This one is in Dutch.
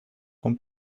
kon